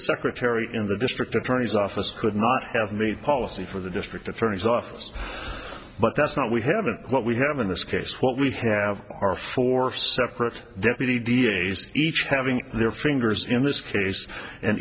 secretary in the district attorney's office could not have made policy for the district attorney's office but that's not we haven't what we have in this case what we have are four separate deputy da days each having their fingers in this case and